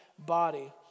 Body